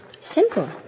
Simple